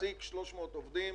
מעסיק 300 עובדים